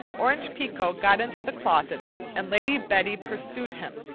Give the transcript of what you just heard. orange pekoe got into the closet and lady betty pursued him.